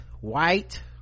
white